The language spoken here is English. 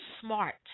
smart